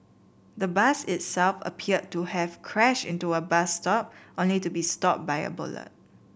the bus itself appeared to have crash into a bus stop only to be stopped by a bollard